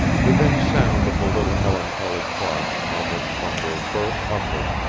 within sound of the little melancholy clock almost from their birth upward,